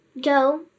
go